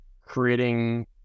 creating